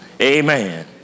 Amen